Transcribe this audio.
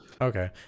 okay